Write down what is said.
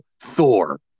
Thor